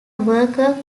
worker